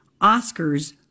Oscars